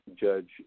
judge